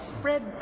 Spread